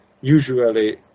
Usually